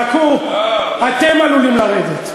חכו, אתם עלולים לרדת.